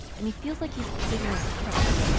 and he feels like he's proven his point.